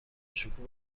شکوه